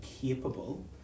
capable